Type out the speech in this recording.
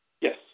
Yes